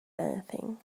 anything